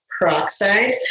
peroxide